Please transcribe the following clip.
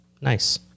nice